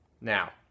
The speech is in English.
Now